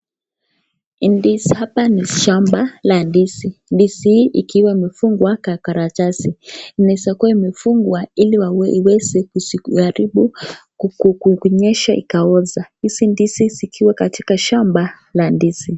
Shamba la ndizi na ndizi hii ikiwa imefungwa kwa karatasi ili isiweze kuharibu kukinyesha ikaoza.